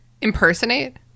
Impersonate